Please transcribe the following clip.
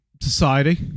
society